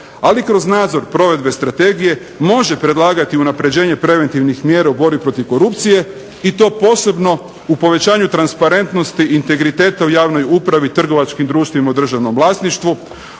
ali kroz nadzor provedbe strategije može predlagati unapređenje preventivnih mjera u borbi protiv korupcije i to posebno u povećanju transparentnosti i integriteta u javnoj upravi, trgovačkim društvima u državnom vlasništvu,